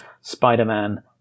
Spider-Man